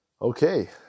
Okay